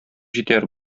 җитәр